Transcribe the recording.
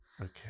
Okay